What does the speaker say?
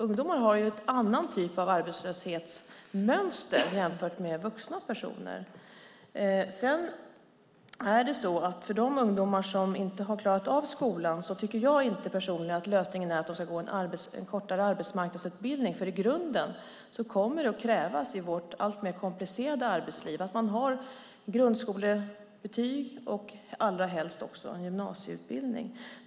Ungdomar har en annan typ av arbetslöshetsmönster än vuxna personer. För de ungdomar som inte har klarat av skolan tycker inte jag personligen att lösningen är att de ska gå en kortare arbetsmarknadsutbildning. I grunden kommer det i vårt alltmer komplicerade arbetsliv att krävas att man har grundskolebetyg och allra helst även en gymnasieutbildning.